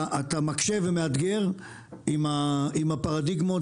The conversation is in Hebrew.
אתה מקשה ומאתגר עם הפרדיגמות.